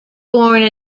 born